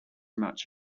much